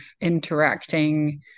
interacting